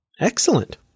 Excellent